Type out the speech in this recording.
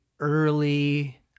early